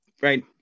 right